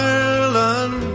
Ireland